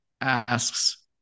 asks